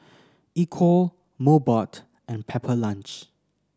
Equal Mobot and Pepper Lunch